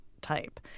type